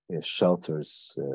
shelters